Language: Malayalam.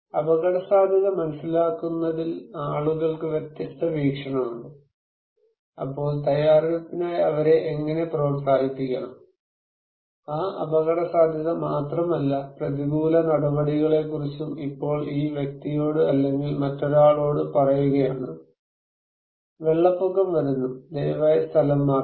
അപകടസാധ്യത മനസിലാക്കുന്നതിൽ ആളുകൾക്ക് വ്യത്യസ്ത വീക്ഷണമുണ്ട് അപ്പോൾ തയ്യാറെടുപ്പിനായി അവരെ എങ്ങനെ പ്രോത്സാഹിപ്പിക്കണം ആ അപകടസാധ്യത മാത്രമല്ല പ്രതികൂല നടപടികളെക്കുറിച്ചും ഇപ്പോൾ ഈ വ്യക്തിയോട് അല്ലെങ്കിൽ മറ്റൊരാളോട്ഡ് പറയുകയാണ് വെള്ളപ്പൊക്കം വരുന്നു ദയവായി സ്ഥലം മാറുക